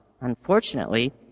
Unfortunately